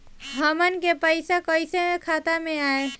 हमन के पईसा कइसे खाता में आय?